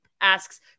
asks